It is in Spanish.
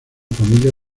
familia